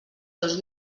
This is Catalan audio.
dos